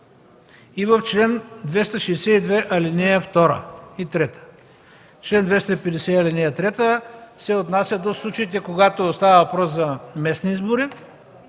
и в чл. 262, ал. 2 и 3. Член 250, ал. 3 се отнася до случаите, когато става въпрос за местни избори,